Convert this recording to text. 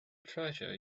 treasure